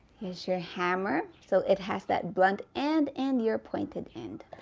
here's your hammer so it has that blunt end and your pointed end